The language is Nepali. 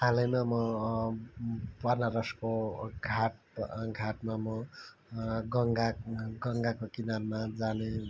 हालैमा म बनारसको घाट घाटमा म गङ्गा गङ्गाको किनारमा जाने